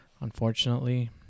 unfortunately